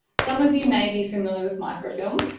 some of you may be familiar with microfilm?